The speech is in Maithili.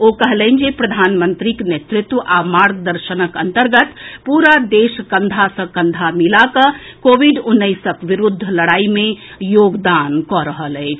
ओ कहलनि जे प्रधानमंत्रीक नेतृत्व आ मार्गदर्शनक अन्तर्गत पूरा देश कंधा सँ कंधा मिला कऽ कोविड उन्नैसक विरूद्ध लड़ाई मे योगदान कऽ रहल अछि